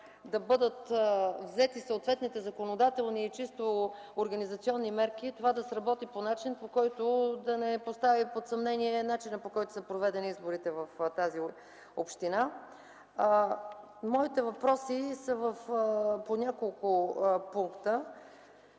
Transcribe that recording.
да бъдат взети съответните законодателни и чисто организационни мерки да се работи по начин, който да не постави под съмнение начина, по който са проведени изборите в тази община. Моите въпроси са по няколко пункта.